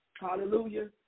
Hallelujah